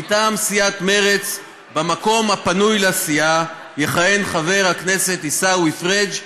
מטעם סיעת מרצ במקום הפנוי לסיעה יכהן חבר הכנסת עיסאווי פריג'.